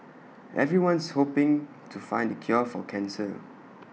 everyone's hoping to find the cure for cancer